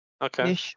okay